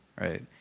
right